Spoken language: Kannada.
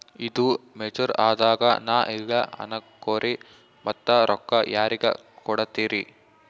ಈದು ಮೆಚುರ್ ಅದಾಗ ನಾ ಇಲ್ಲ ಅನಕೊರಿ ಮತ್ತ ರೊಕ್ಕ ಯಾರಿಗ ಕೊಡತಿರಿ?